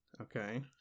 Okay